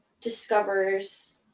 discovers